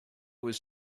was